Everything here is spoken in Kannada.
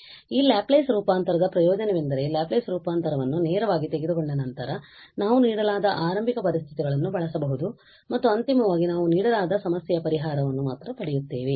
ಆದ್ದರಿಂದ ಈ ಲ್ಯಾಪ್ಲೇಸ್ ರೂಪಾಂತರದ ಪ್ರಯೋಜನವೆಂದರೆ ಲ್ಯಾಪ್ಲೇಸ್ ರೂಪಾಂತರವನ್ನು ನೇರವಾಗಿ ತೆಗೆದುಕೊಂಡ ನಂತರ ನಾವು ನೀಡಲಾದ ಆರಂಭಿಕ ಪರಿಸ್ಥಿತಿಗಳನ್ನು ಬಳಸಬಹುದು ಮತ್ತು ಅಂತಿಮವಾಗಿ ನಾವು ನೀಡಲಾದ ಸಮಸ್ಯೆಯ ಪರಿಹಾರವನ್ನು ಮಾತ್ರ ಪಡೆಯುತ್ತೇವೆ